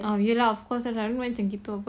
ah ya lah of course lah like I mean macam gitu [pe]